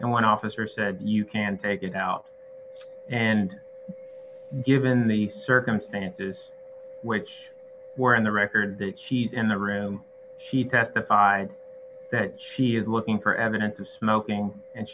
and one officer said you can take it out and given the circumstances which were in the record that she in the room she testified that she is looking for evidence of smoking and